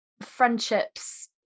friendships